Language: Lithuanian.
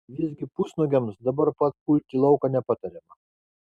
visgi pusnuogiams dabar pat pulti lauką nepatariama